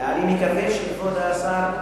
אני מקווה שכבוד השר,